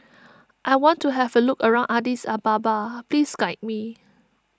I want to have a look around Addis Ababa please guide me